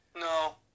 No